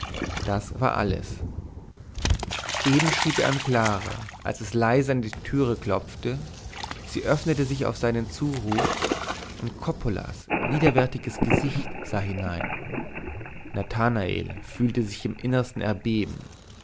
das war alles eben schrieb er an clara als es leise an die türe klopfte sie öffnete sich auf seinen zuruf und coppolas widerwärtiges gesicht sah hinein nathanael fühlte sich im innersten erbeben